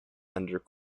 under